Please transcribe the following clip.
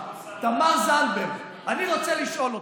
תמר זנדברג, אני רוצה לשאול אותך: